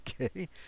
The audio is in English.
okay